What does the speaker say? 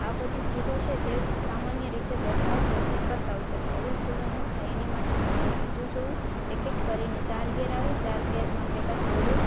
આ બધી ભૂલો છે જે સામાન્ય રીતે બધા જ વ્યક્તિ કરતા હોય છે તો આવી ભૂલો ન થાય એની માટે તમારે સીધું જોવું એક એક કરીને ચાર ગેર આવે ચાર ગેરમાં પહેલાં થોડો